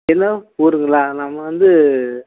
என்ன ஊருங்களா நம்ம வந்து